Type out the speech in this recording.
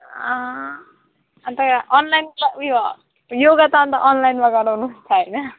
अन्त अनलाइन क्ला उयो येगा त अन्त अनलाइनमा गराउनु हुन्छ होइन